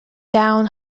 down